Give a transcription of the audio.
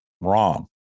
wrong